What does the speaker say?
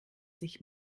sich